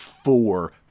four